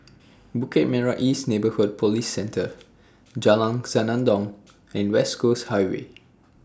Bukit Merah East Neighbourhood Police Centre Jalan Senandong and West Coast Highway